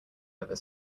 over